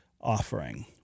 offering